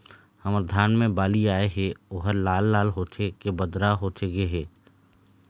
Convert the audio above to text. हमर धान मे बाली आए हे ओहर लाल लाल होथे के बदरा होथे गे हे?